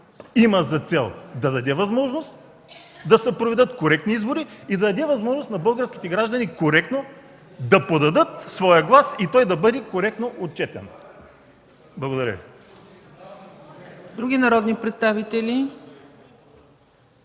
има за цел да даде възможност да се проведат коректни избори и да се даде възможност на българските граждани коректно да подадат своя глас и той да бъде коректно отчетен? Благодаря Ви.